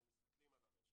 אנחנו מסתכלים על הרשת,